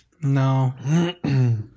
No